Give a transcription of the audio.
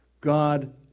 God